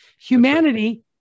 humanity